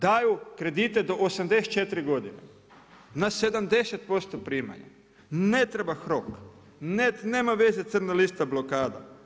Daju kredite do 84 godine, na 70% primanja, ne treba HROK, nema veze crna lista blokada.